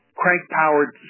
crank-powered